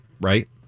right